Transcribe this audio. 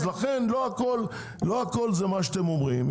לא הכול זה מה שאתם אומרים.